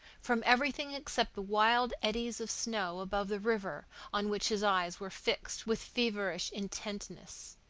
from everything except the wild eddies of snow above the river on which his eyes were fixed with feverish intentness,